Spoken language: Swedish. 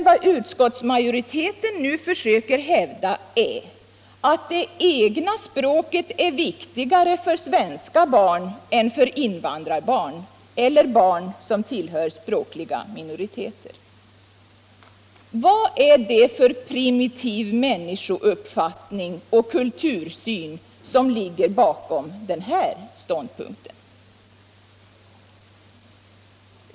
Vad utskottsmajoriteten nu försöker hävda är att det egna språket är viktigare för svenska barn än för invandrarbarn eller barn som tillhör språkliga minoriteter. Vad är det för en primitiv människouppfattning och kultursyn som ligger bakom den här ståndpunkten?